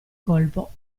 colpo